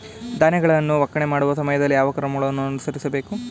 ಧಾನ್ಯಗಳನ್ನು ಒಕ್ಕಣೆ ಮಾಡುವ ಸಮಯದಲ್ಲಿ ಯಾವ ಕ್ರಮಗಳನ್ನು ಅನುಸರಿಸಬೇಕು?